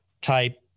type